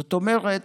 זאת אומרת,